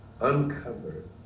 uncovered